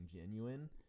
genuine